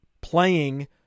playing